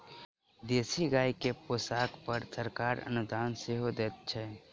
देशी गाय के पोसअ पर सरकार अनुदान सेहो दैत छै